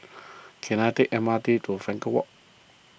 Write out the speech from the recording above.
can I take M R T to Frankel Walk